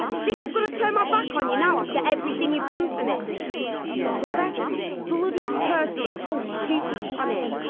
you think i'm going to turn my back on you now, after everything you've done for me you're the best bloody person on this whole stupid planet.